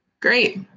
Great